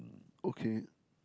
okay